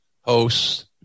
hosts